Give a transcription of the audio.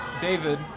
David